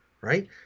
right